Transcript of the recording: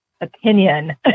opinion